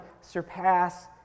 surpass